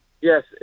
yes